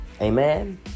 Amen